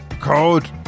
code